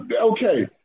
okay